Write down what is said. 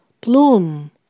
bloom